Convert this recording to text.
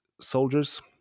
soldiers